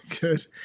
Good